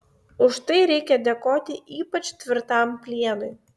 už tai reikia dėkoti ypač tvirtam plienui